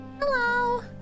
Hello